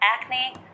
acne